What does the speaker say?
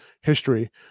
history